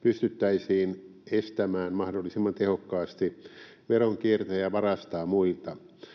pystyttäisiin estämään mahdollisimman tehokkaasti. Veronkiertäjä varastaa muilta.